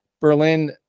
berlin